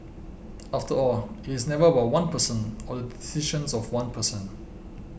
after all it is never about one person or the decisions of one person